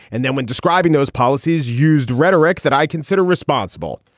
and then when describing those policies used rhetoric that i consider responsible,